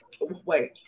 Wait